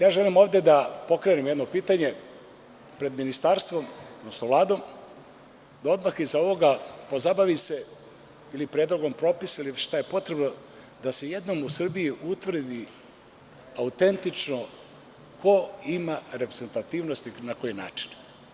Ja želim ovde da pokrenem jedno pitanje pred ministarstvom odnosno Vladom, da odmah iza ovoga pozabavi se ili predlogom propisa ili šta je potrebno da se jednom u Srbiji utvrdi autentično ko ima reprezentativnost i na koji način?